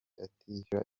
atishyura